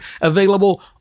available